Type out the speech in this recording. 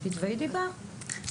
תתבעי דיבה?